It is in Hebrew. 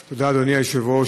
תודה, אדוני היושב-ראש.